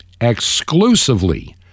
exclusively